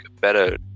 better